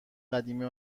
قدیمی